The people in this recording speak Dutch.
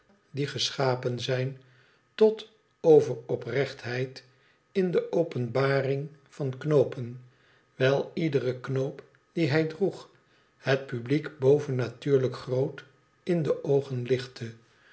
die geschapen zijn tot over oprechtheid in de openbaring van knoopen wijl iedere knoop dien hij droeg het publiek bovennatuurlijk groot in de oogen lichtte